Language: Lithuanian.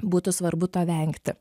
būtų svarbu to vengti